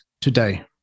today